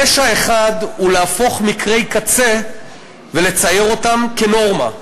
הפשע האחד הוא להפוך מקרי קצה ולצייר אותם כנורמה.